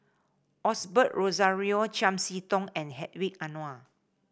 Osbert Rozario Chiam See Tong and Hedwig Anuar